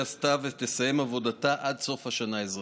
הסתיו ותסיים עבודתה עד סוף השנה האזרחית.